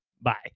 Bye